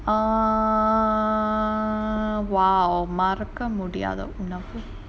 err !wow! மறக்க முடியாத உணவு:maraka mudiyaaatha unavu